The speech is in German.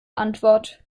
antwort